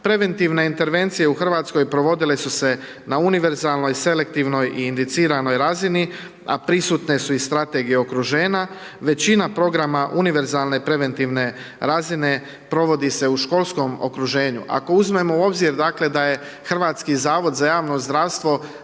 Preventivna intervenciju u Hrvatskoj provodile su se na univerzalnoj, selektivnoj i indiciranoj razini, a prisutne su i strategije okruženja, većina programa univerzalne preventivne razine, provodi se u školskom okruženju. Ako uzmemo u obzir dakle, da je Hrvatski zavod za javno zdravstvo